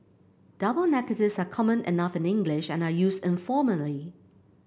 double negatives are common enough in English and are used informally